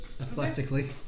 athletically